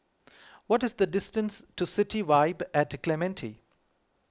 what is the distance to City Vibe at Clementi